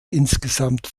insgesamt